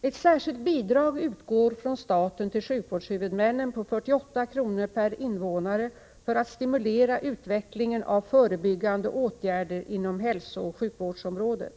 Ett särskilt bidrag utgår från staten till sjukvårdshuvudmännen på 48 kr. per invånare för att stimulera utvecklingen av förebyggande åtgärder inom hälsooch sjukvårdsområdet.